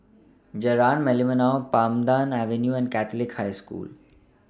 Jalan Merlimau Pandan Avenue and Catholic High School